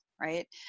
right